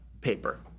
paper